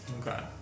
Okay